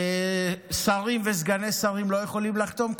שרים וסגנים שרים לא יכולים לחתום,